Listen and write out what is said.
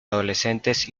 adolescentes